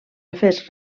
afers